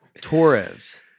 Torres